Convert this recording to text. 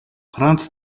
франц